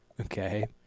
Okay